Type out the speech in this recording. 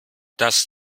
das